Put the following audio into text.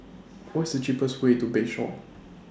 What IS The cheapest Way to Bayshore